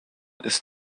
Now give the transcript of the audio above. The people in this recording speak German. ist